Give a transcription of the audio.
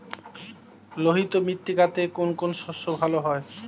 লোহিত মৃত্তিকাতে কোন কোন শস্য ভালো হয়?